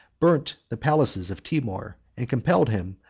burnt the palaces of timour, and compelled him,